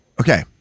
okay